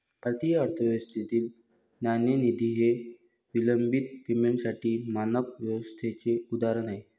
भारतीय अर्थव्यवस्थेतील नाणेनिधी हे विलंबित पेमेंटसाठी मानक व्यवस्थेचे उदाहरण आहे